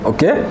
Okay